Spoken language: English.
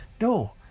No